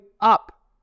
up